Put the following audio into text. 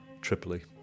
Tripoli